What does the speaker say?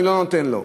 אני לא נותן לו.